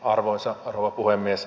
arvoisa rouva puhemies